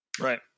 Right